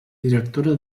directora